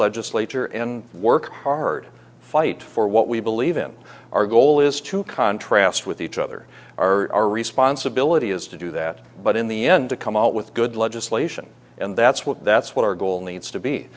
legislature and work hard fight for what we believe in our goal is to contrast with each other our responsibility is to do that but in the end to come out with good legislation and that's what that's what our goal needs to be